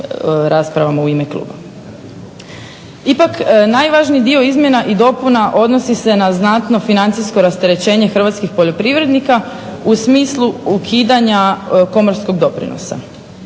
raspravama u ime kluba. Ipak najvažniji dio izmjena i dopuna odnosi se na znatno financijsko rasterećenje hrvatskih poljoprivrednika u smislu ukidanja komorskog doprinosa.